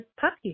puppy